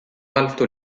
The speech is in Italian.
alto